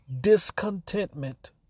discontentment